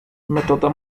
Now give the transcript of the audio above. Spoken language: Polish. metoda